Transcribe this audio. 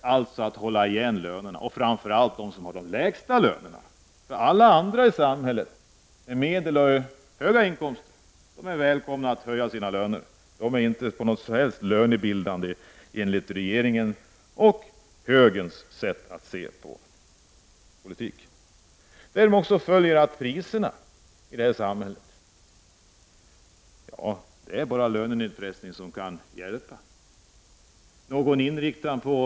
Det gäller att hålla igen lönerna, framför allt de lägsta lönerna. De som har medelhöga och höga inkomster är välkomna att höja sina löner, de är inte på något sätt lönebildande, enligt regeringens och högerns sätt att se på politiken. Därav följer också att det bara är lönenedpressning som kan hjälpa till att hålla nere priserna i samhället.